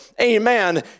amen